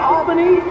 Albany